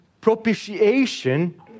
propitiation